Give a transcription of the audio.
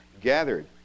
gathered